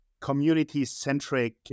community-centric